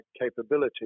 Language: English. capability